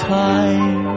time